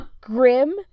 Grim